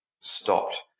stopped